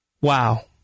Wow